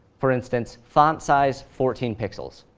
for instance, font size fourteen pixels.